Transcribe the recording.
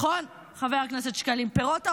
פירות העונה, נכון, חבר הכנסת שקלים, פירות העונה.